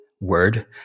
word